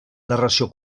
narració